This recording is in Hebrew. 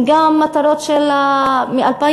הן גם מטרות מ-2008.